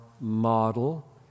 model